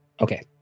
Okay